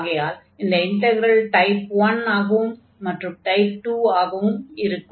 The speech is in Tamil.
ஆகையால் இந்த இன்டக்ரல் டைப் 1 ஆகவும் மற்றும் டைப் 2 ஆகவும் இருக்கும்